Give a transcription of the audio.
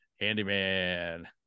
Handyman